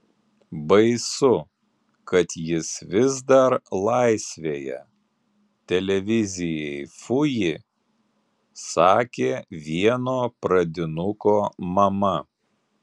baisu kad jis vis dar laisvėje televizijai fuji sakė vieno pradinuko mama